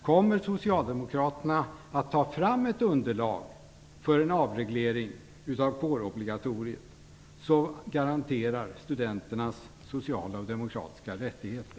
Kommer Socialdemokraterna att ta fram ett underlag för en avreglering av kårobligatoriet som garanterar studenternas sociala och demokratiska rättigheter?